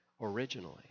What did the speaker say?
originally